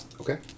Okay